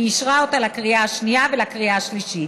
לקריאה השנייה ולקריאה השלישית.